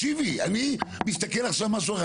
תקשיבי, אני מסתכל עכשיו על משהו אחר.